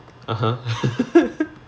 (uh huh)